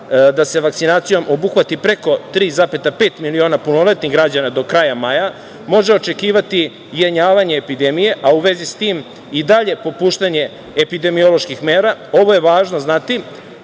da se vakcinacijom obuhvati preko 3,5 miliona punoletnih građana do kraja maja, može očekivati jenjavanje epidemije, a u vezi s tim i dalje popuštanje epidemioloških mera? Ovo je važno znati,